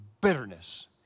bitterness